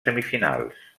semifinals